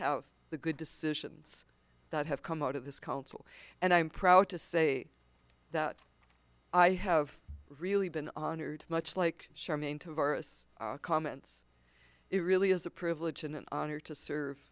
have the good decisions that have come out of this council and i'm proud to say that i have really been honored much like charmaine to doris comments it really is a privilege and an honor to